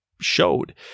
showed